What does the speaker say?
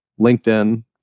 LinkedIn